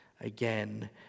Again